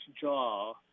jaw